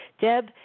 Deb